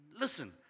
Listen